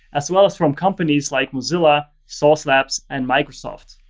as well as from companies like mozilla, sauce labs, and microsoft.